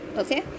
okay